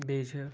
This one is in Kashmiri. بیٚیہِ چھِ